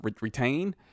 retain